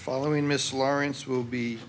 following miss lawrence will be